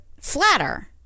flatter